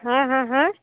হাঁ হাঁ হাঁ